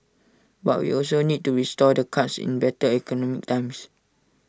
but we also need to restore the cuts in better economic times